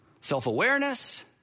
Self-awareness